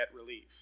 relief